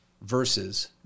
versus